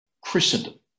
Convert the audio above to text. Christendom